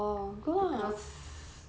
because